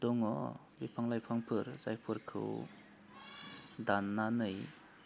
दङ बिफां लाइफांफोर जायफोरखौ दान्नानै